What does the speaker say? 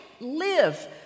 live